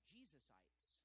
Jesusites